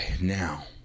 Now